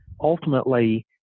ultimately